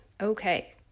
Okay